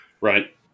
Right